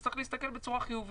צריך להסתכל על זה בצורה חיובית.